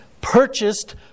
purchased